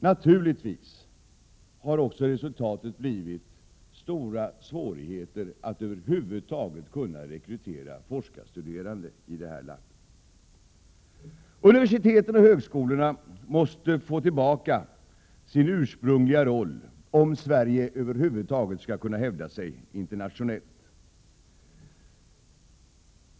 Naturligtvis har också resultatet blivit att svårigheterna att över huvud taget kunna rekrytera forskarstuderande är stora i det här landet. Universiteten och högskolorna måste få tillbaka sin ursprungliga roll om Sverige över huvud taget skall kunna hävda sig internationellt.